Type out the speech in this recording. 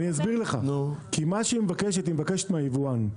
אסביר לך: מה שהיא מבקשת, היא מבקשת מהיבואן.